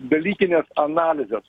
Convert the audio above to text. dalykinės analizės